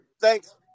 thanks